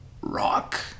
Rock